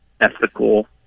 ethical